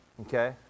Okay